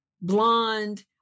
blonde